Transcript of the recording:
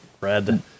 red